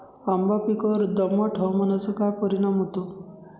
आंबा पिकावर दमट हवामानाचा काय परिणाम होतो?